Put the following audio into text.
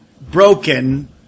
broken